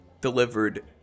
delivered